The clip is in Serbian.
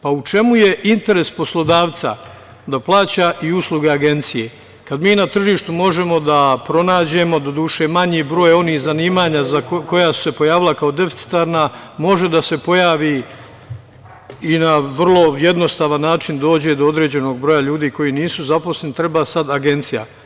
Pa, u čemu je interes poslodavca da plaća i usluge agencije kada mi na tržištu možemo da pronađemo, doduše manji broj onih zanimanja za koja su se pojavila kao deficitarna, može da se pojavi i na vrlo jednostavan način dođe do određenog broja ljudi koji nisu zaposleni treba sad agencija.